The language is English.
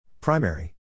Primary